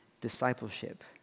discipleship